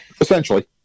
Essentially